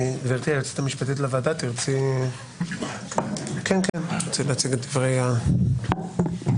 גברתי היועצת המשפטית לוועדה תרצי להציג את הצעת החוק?